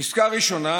עסקה ראשונה,